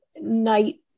night